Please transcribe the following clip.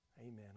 Amen